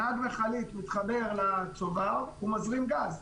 נהג מכלית מתחבר לצובר, הוא מזרים גז.